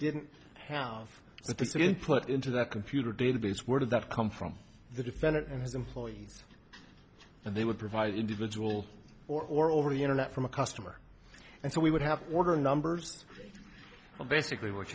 didn't have this input into that computer database where did that come from the defendant and his employees and they would provide individual or over the internet from a customer and so we would have order numbers but basically what